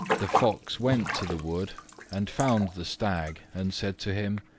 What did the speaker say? the fox went to the wood and found the stag and said to him,